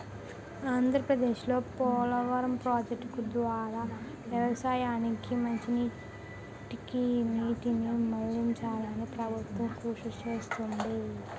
ఆంధ్రప్రదేశ్లో పోలవరం ప్రాజెక్టు ద్వారా వ్యవసాయానికి మంచినీటికి నీటిని మళ్ళించాలని ప్రభుత్వం కృషి చేస్తుంది